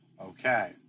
okay